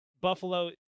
Buffalo